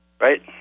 Right